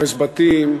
הרס בתים,